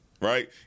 Right